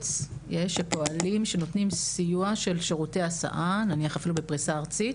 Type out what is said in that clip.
בארץ יש שפועלים ונותנים סיוע של שירותי הסעה בפריסה ארצית?